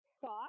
thought